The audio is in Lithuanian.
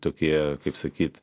tokie kaip sakyt